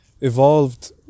evolved